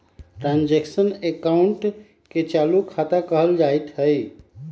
transaction अकाउंटे के चालू खता कहल जाइत हइ